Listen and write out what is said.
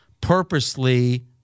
purposely